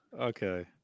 okay